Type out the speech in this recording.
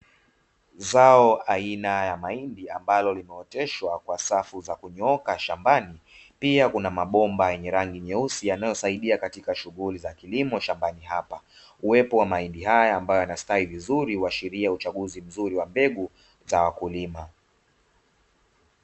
Zao aina ya mahindi ambalo limeoteshwa kwa safu za kunyooka shambani, pia kuna mabomba yenye rangi nyeusi yanayosaidia katika shughuli za kilimo shambani hapa, uwepo wa mahindi haya yanayostawi vizuri huashiria uchaguzi mzuri wa mbegu kwa wakulima.